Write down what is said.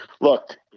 Look